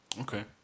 Okay